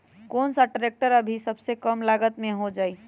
कौन सा ट्रैक्टर अभी सबसे कम लागत में हो जाइ?